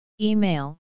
Email